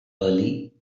early